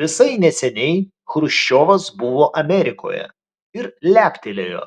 visai neseniai chruščiovas buvo amerikoje ir leptelėjo